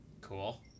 cool